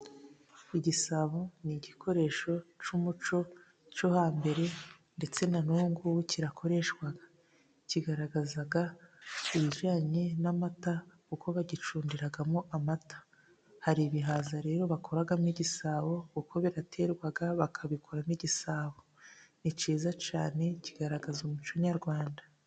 Igisabo ni igikoresho cy'umuco wo hambere ndetse na n'ubu ngubu kirakoreshwa. Kigaragaza ibijyanye n'amata kuko bagicumbimo amata. Hari ibihaza rero bakoragamo igisabo kuko byaterwaga bakabikoramo igisabo. Ni kiza cyane kuko kigaragaza umuco nyarwanda.